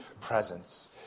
presence